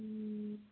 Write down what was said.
ও